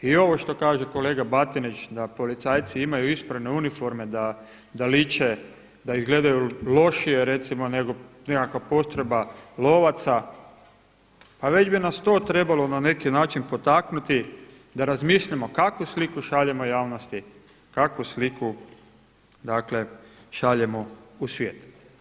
I ovo što kaže kolega Batinić da policajci imaju isprane uniforme, da liče da ih gledaju lošije recimo nego nekakva postrojba lovaca pa već bi nas to trebalo na neki način potaknuti da razmislimo kakvu sliku šaljemo javnosti, kakvu sliku dakle šaljemo u svijet?